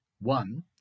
one